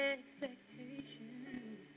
expectations